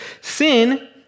Sin